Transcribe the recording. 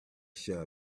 shall